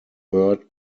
bert